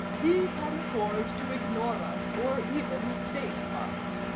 he can afford to ignore us or even bait us.